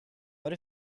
what